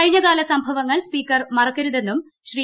കഴിഞ്ഞകാല സംഭവങ്ങൾ സ്പീക്കർ മറക്കരുതെന്നും ശ്രീ